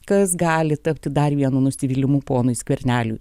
kas gali tapti dar vienu nusivylimu ponui skverneliui